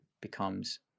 becomes